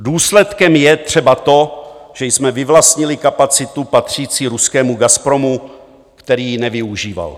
Důsledkem je třeba to, že jsme vyvlastnili kapacitu patřící ruskému Gazpromu, který ji nevyužíval.